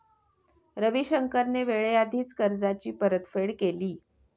रविशंकरने वेळेआधीच कर्जाची परतफेड केली